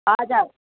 हजुर